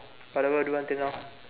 whatever I do until now